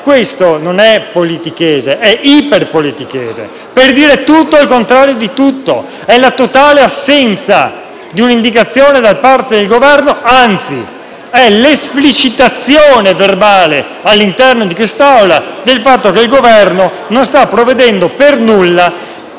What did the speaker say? Questo non è politichese, ma è "iperpolitichese", per dire tutto e il contrario di tutto. È la totale assenza di un'indicazione da parte del Governo; anzi, è l'esplicitazione verbale, all'interno di questa Aula, del fatto che il Governo non sta provvedendo per nulla